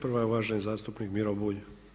Prva je uvaženi zastupnik Miro Bulj.